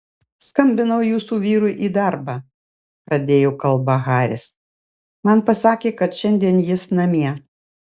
skambinau jūsų vyrui į darbą pradėjo kalbą haris man pasakė kad šiandien jis namie